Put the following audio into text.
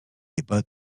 about